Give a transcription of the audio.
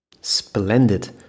Splendid